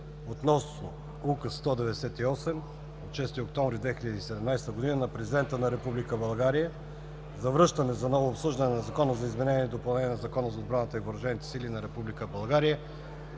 относно Указ № 198 от 6 октомври 2017 г. на президента на Република България за връщане за ново обсъждане на Закона за изменение и допълнение на Закона за отбраната и въоръжените сили на